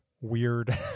weird